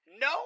No